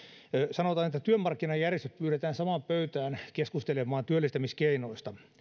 sanotaan että työmarkkinajärjestöt pyydetään samaan pöytään keskustelemaan työllistämiskeinoista